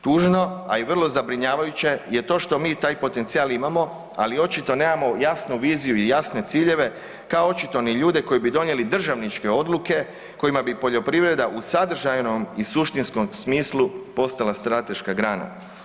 Tužno, a i vrlo zabrinjavajuće je to što mi taj potencijal imamo, ali očito nemamo jasnu viziju i jasne ciljeve kako očito ni ljude koji bi donijeli državničke odluke kojima bi poljoprivreda u sadržajnom i suštinskom smislu postala strateška grana.